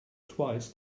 twice